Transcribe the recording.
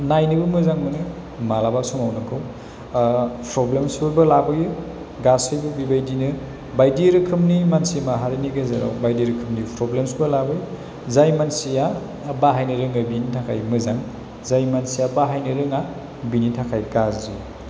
नायनोबो मोजां मोनो मालाबा समाव नोंखौ प्रब्लेमसफोरबो लाबोयो गासैबो बिबायदिनो बायदि रोखोमनि मानसि माहारिनि गेजेराव बायदि रोखोमनि प्रब्लेमसबो लाबोयो जाय मानसिआ बाहायनो रोङो बिनि थाखाय मोजां जाय मानसिया बाहायनो रोङा बिनि थाखाय गाज्रि